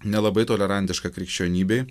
nelabai tolerantiška krikščionybei